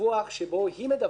שבו היא מדווחת,